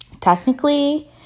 technically